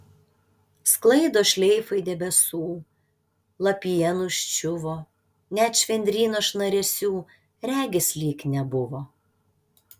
sklaidos šleifai debesų lapija nuščiuvo net švendryno šnaresių regis lyg nebuvo